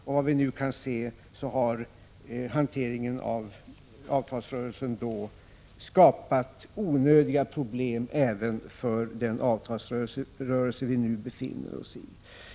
Såvitt vi nu kan se har den hantering som då skedde skapat onödiga problem även för den avtalsrörelse vi nu befinner oss i.